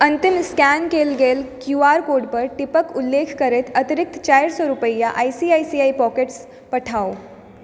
अंतिम स्कैन कयल गेल क्यू आर कोड पर टिपक उल्लेख करैत अतिरिक्त चारि सए रुपैआ I C I C I pockets पठाउ